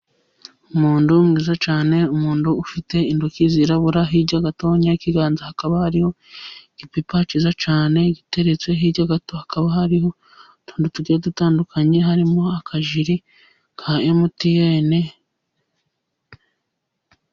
Umuntu mwiza cyane, umuntu ufite intoki zirabura, hirya gatotoya y'ikiganza hakaba hariho igipipa cyiza cyane gitereretse, hirya gato hakaba hariho utundi dutandukanye, harimo akajire ka MTN.